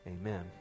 Amen